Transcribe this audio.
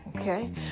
Okay